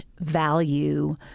value